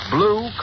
Blue